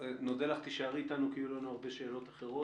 נודה לך אם תישארי איתנו כי יהיו לנו הרבה שאלות אחרות.